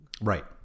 Right